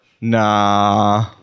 Nah